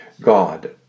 God